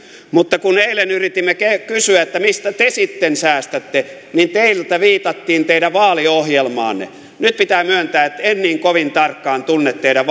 mutta kun eilen yritimme kysyä että mistä te sitten säästätte niin teiltä viitattiin teidän vaaliohjelmaanne nyt pitää myöntää että en niin kovin tarkkaan tunne teidän